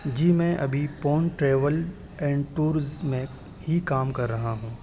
جی میں ابھی Pawan travel and tours میں ہی کام کر رہا ہوں